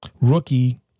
rookie